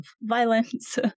violence